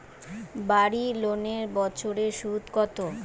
বাড়ি লোনের বছরে সুদ কত?